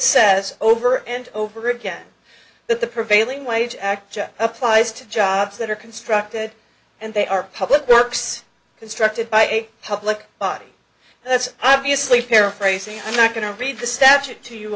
says over and over again that the prevailing wage act applies to jobs that are constructed and they are public works constructed by a public body that's obviously paraphrasing i'm not going to read the statute to you